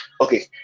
Okay